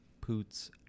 Poots